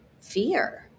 fear